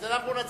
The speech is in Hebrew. אז אנחנו נצביע.